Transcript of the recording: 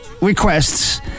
requests